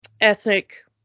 ethnic